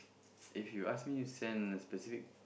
if you ask me to send a specific